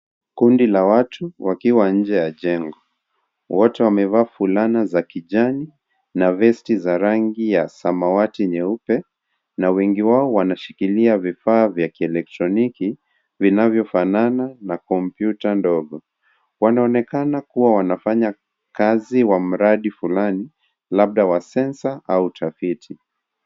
Kundi la watu wakiwa nje ya jengo. Wote wamevaa fulana za kijani na vesti za rangi ya samawati nyeupe na wengi wao wanashikilia vifaa vya kielektroniki vinavyofanana na kompyuta ndogo. Wanaonekana kuwa wanafanya kazi kwa mradi fulani, labda wa pesa au utafiti.